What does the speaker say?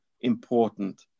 important